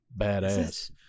badass